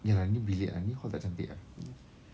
ya lah ni bilik ah ni hall tak cantik ah